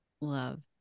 love